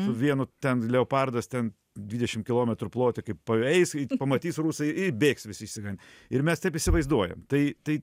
vienu ten leopardas ten dvidešim kilometrų plote kaip paeis pamatys rusai ir bėgs visi išsigandę ir mes taip įsivaizduojam tai tai